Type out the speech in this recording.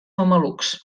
mamelucs